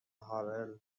هارلِم